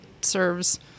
serves